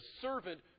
servant